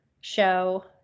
show